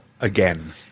again